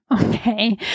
okay